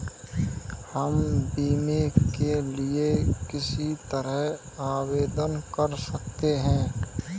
हम बीमे के लिए किस तरह आवेदन कर सकते हैं?